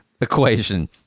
equation